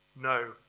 No